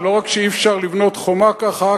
ולא רק שאי-אפשר לבנות חומה ככה,